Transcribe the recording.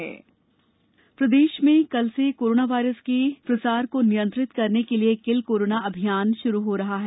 किल corona प्रदेश में कल से कोरोनावायरस के प्रसार को नियंत्रित करने के लिए किल कोरोना अभियान शुरू हो रहा है